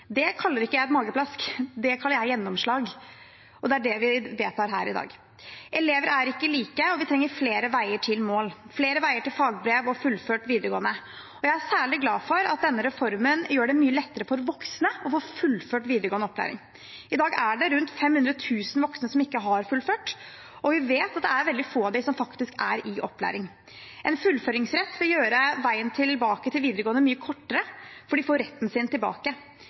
Det kaller ikke jeg et mageplask; det kaller jeg gjennomslag. Og det er det vi vedtar her i dag. Elever er ikke like, og vi trenger flere veier til mål – flere veier til fagbrev og fullført videregående. Jeg er særlig glad for at denne reformen gjør det mye lettere for voksne å få fullført videregående opplæring. I dag er det rundt 500 000 voksne som ikke har fullført, og vi vet at det er veldig få av dem som faktisk er i opplæring. En fullføringsrett vil gjøre veien tilbake til videregående mye kortere, for de får retten sin tilbake.